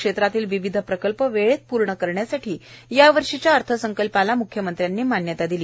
क्षेत्रातील विविध प्रकल्प वेळेत पूर्ण करण्यासाठी यावर्षीच्या अर्थसंकल्पाला मुख्यमंत्र्यांनी मान्यता दिली